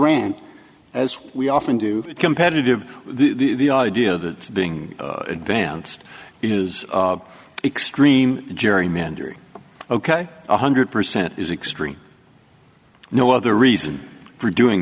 ran as we often do competitive the idea that being advanced is extreme gerrymandering ok one hundred percent is extreme no other reason for doing